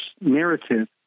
narrative